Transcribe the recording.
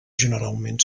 generalment